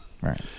Right